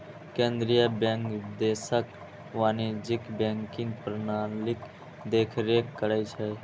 केंद्रीय बैंक देशक वाणिज्यिक बैंकिंग प्रणालीक देखरेख करै छै